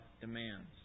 demands